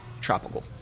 tropical